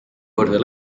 korda